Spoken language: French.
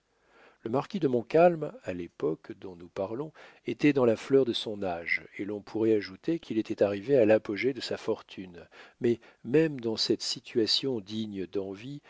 le marquis de montcalm à l'époque dont nous parlons était dans la fleur de son âge et l'on pourrait ajouter qu'il était arrivé à l'apogée de sa fortune mais même dans cette situation digne d'envie